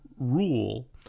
rule